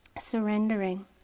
surrendering